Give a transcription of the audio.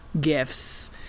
gifts